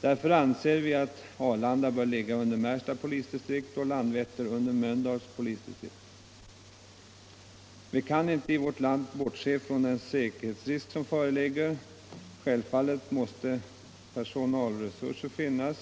Därför anser vi att Arlanda bör ligga under Märsta polisdistrikt och Landvetter under Mölndals polisdistrikt. Vi kan i vårt land inte bortse från de säkerhetsrisker som föreligger. Självfallet måste det finnas sådana personalresurser